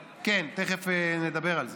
כן, תכף נדבר על זה.